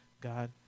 God